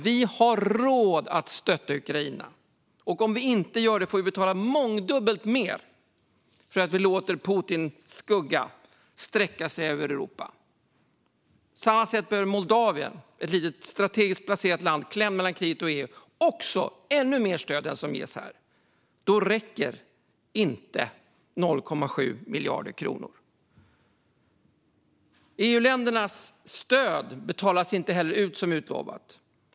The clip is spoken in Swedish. Vi har råd att stötta Ukraina, och om vi inte gör det måste vi betala mångdubbelt mer för att vi låter Putins skugga sträcka sig över Europa. På samma sätt behöver Moldavien, ett litet strategiskt placerat land klämt mellan kriget och EU, också ännu mer stöd än det som ges i förslaget. Då räcker inte 0,7 miljarder kronor. EU-ländernas stöd betalas inte heller ut som utlovat.